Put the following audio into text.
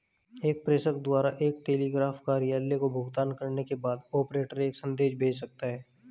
एक प्रेषक द्वारा एक टेलीग्राफ कार्यालय को भुगतान करने के बाद, ऑपरेटर एक संदेश भेज सकता है